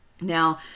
Now